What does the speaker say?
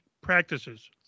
practices